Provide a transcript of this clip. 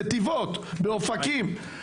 נתיבות ואופקים.